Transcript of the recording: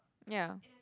ya